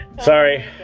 Sorry